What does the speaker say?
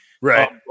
Right